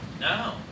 No